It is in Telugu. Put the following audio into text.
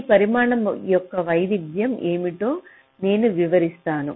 ఈ పరిమాణం యొక్క వైవిధ్యం ఏమిటో నేను వివరిస్తాను